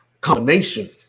combination